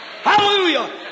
hallelujah